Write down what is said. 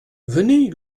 venez